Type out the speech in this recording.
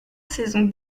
saison